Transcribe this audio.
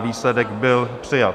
Výsledek byl přijat.